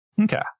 Okay